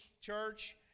church